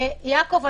יעקב,